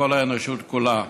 לכל האנושות כולה.